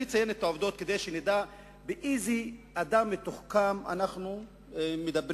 אני אציין את העובדות כדי שנדע על איזה אדם מתוחכם אנחנו מדברים.